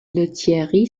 lethierry